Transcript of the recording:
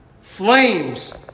Flames